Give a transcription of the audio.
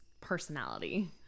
personality